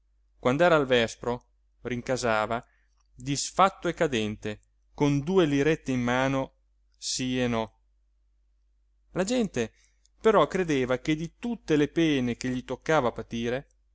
sforacchiate quand'era al vespro rincasava disfatto e cadente con due lirette in mano sí e no la gente però credeva che di tutte le pene che gli toccava patire